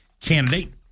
candidate